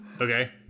Okay